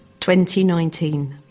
2019